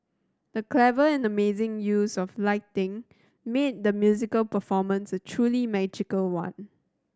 the clever and amazing use of lighting made the musical performance a truly magical one